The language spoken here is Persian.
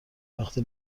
وقتی